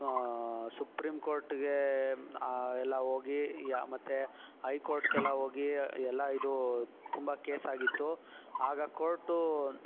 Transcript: supreme ಕೋರ್ಟ್ಗೆ ಎಲ್ಲ ಹೋಗಿ ಮತ್ತು ಹೈ ಕೋರ್ಟ್ಗೆಲ್ಲ ಹೋಗಿ ಎಲ್ಲ ಇದು ತುಂಬ ಕೇಸ್ ಆಗಿತ್ತು ಆಗ ಕೋರ್ಟು